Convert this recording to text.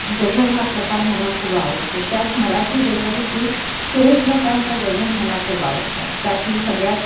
गझल हा प्रकार मला खूप आवडतो त्यात मराठी गझल ही सुरेश भटांच्या गझल मला खूप आवडतात त्यातली सगळ्यात